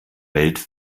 welt